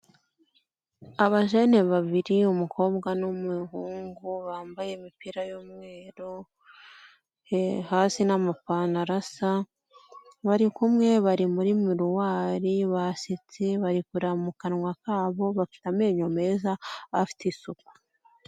Abajene babiri umukobwa n'umuhungu bambaye imipira y'umweru hasi n'amapantaro asa bari kumwe, bari muri miruwari basetse, bari kureba mu kanwa kabo, bafite amenyo meza afite isuku.